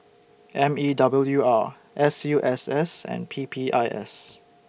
M E W R S U S S and P P I S